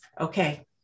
okay